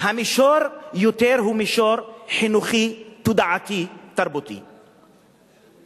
המישור הוא יותר חינוכי, תודעתי, תרבותי ורעיוני.